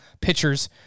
pitchers